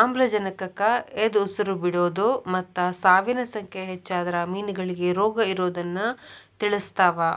ಆಮ್ಲಜನಕಕ್ಕ ಎದಉಸಿರ್ ಬಿಡೋದು ಮತ್ತ ಸಾವಿನ ಸಂಖ್ಯೆ ಹೆಚ್ಚಾದ್ರ ಮೇನಗಳಿಗೆ ರೋಗಇರೋದನ್ನ ತಿಳಸ್ತಾವ